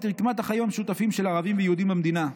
רקמת החיים המשותפים של ערבים ויהודים במדינה.